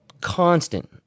constant